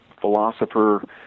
philosopher